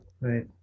right